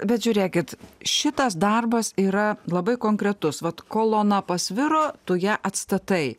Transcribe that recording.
bet žiūrėkit šitas darbas yra labai konkretus vat kolona pasviro tu ją atstatai